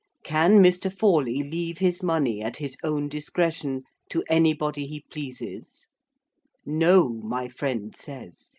can mr. forley leave his money at his own discretion to anybody he pleases no, my friend says,